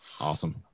Awesome